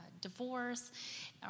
divorce